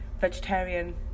Vegetarian